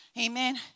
Amen